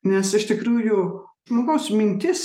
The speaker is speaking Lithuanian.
nes iš tikrųjų žmogaus mintis